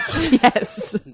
Yes